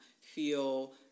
feel